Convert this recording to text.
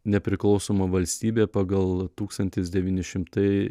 nepriklausoma valstybe pagal tūkstantis devyni šimtai